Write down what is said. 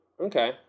okay